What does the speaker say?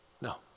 No